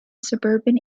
suburban